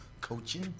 coaching